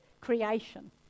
creation